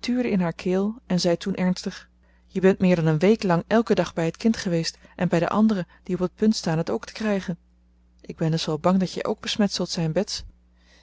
tuurde in haar keel en zei toen ernstig je bent meer dan een week lang elken dag bij het kind geweest en bij de anderen die op het punt staan het ook te krijgen ik ben dus wel bang dat jij ook besmet zult zijn bets